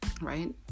right